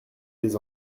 des